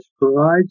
provides